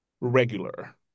regular